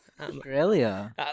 Australia